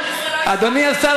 אדוני השר,